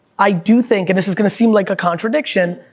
i do think, and this is gonna seem like a contradiction,